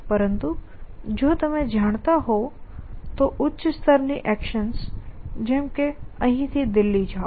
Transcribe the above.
પરંતુ જો તમે જાણતા હોવ તો ઉચ્ચ સ્તરની એક્શન્સ જેમ કે અહીંથી દિલ્હી જાવ